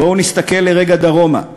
בואו נסתכל לרגע דרומה,